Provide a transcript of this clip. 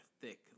thick